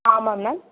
ஆமாம் மேம்